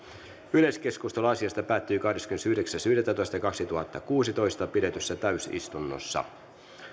yleiskeskustelu asiasta päättyi kahdeskymmenesyhdeksäs yhdettätoista kaksituhattakuusitoista pidetyssä täysistunnossa